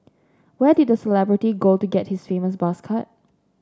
where did the celebrity go to get his famous buzz cut